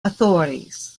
authorities